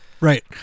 Right